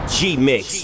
G-Mix